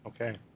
Okay